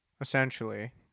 Essentially